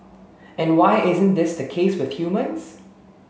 and why isn't this the case with humans